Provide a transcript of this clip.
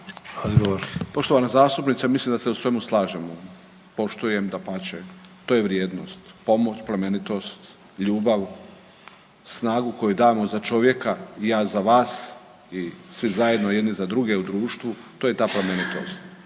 Poštovana zastupnice, mislim da se u svemu slažemo. Poštujem, dapače, to je vrijednost, pomoć, plemenitost, ljubav, snagu koju damo za čovjeka i ja za vas i svi zajedno, jedni za druge u društvu, to je ta plemenitost.